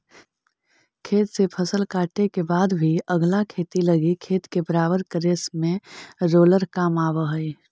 खेत से फसल काटे के बाद भी अगला खेती लगी खेत के बराबर करे में रोलर काम आवऽ हई